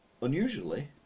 unusually